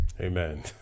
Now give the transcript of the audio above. amen